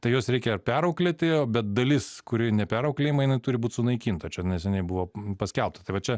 tai juos reikia perauklėti bet dalis kuri neperauklėjama jinai turi būt sunaikinta tai čia neseniai buvo paskelbta tai va čia